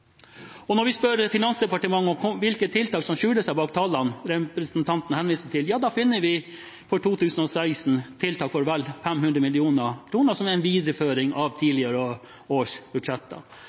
store. Når vi spør Finansdepartementet om hvilke tiltak som skjuler seg bak tallene representanten henviser til, finner vi for 2016 tiltak for vel 500 mill. kr, som er en videreføring av tidligere